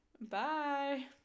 Bye